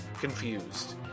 Confused